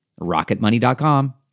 rocketmoney.com